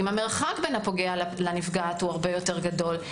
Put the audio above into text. אם המרחק בין הפוגע לנפגעת הוא הרבה יותר גדול,